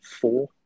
four